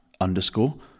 underscore